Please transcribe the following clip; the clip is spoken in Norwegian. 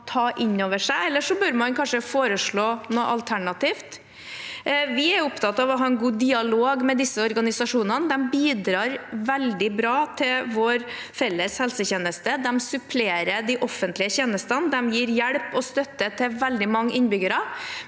Ellers bør man kanskje foreslå noe alternativt. Vi er opptatt av å ha en god dialog med disse organisasjonene. De bidrar veldig bra til vår felles helsetjeneste. De supplerer de offentlige tjenestene. De gir hjelp og støtte til veldig mange innbyggere.